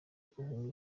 guhunga